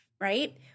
right